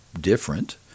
different